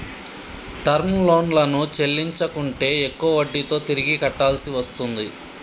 term లోన్లను చెల్లించకుంటే ఎక్కువ వడ్డీతో తిరిగి కట్టాల్సి వస్తుంది